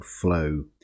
flow